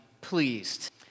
pleased